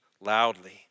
loudly